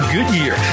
Goodyear